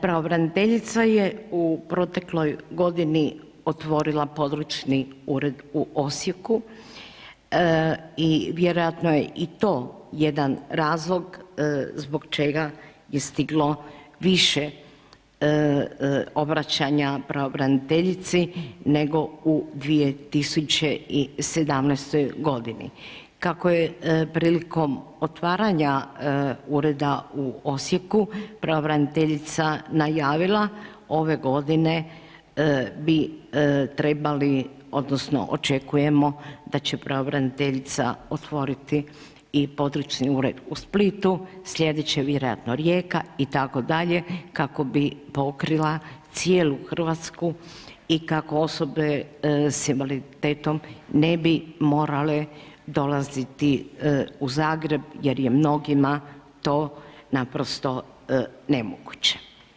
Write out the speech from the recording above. Pravobraniteljica je u protekloj godini otvorila područni ured u Osijeku i vjerojatno je i to jedan razlog zbog čega je stiglo više obraćanja pravobraniteljici nego u 2017.g. Kako je prilikom otvaranja ureda u Osijeku, pravobraniteljica najavila, ove godine, bi trebali odnosno, očekujemo da će pravobraniteljica otvoriti i područni ured u Splitu, sljedeće vjerojatno Rijeka itd. kako bi pokrila cijelu Hrvatsku i kako osobe s invaliditetom ne bi morale dolaziti u Zagreb jer je mnogima to naprosto nemoguće.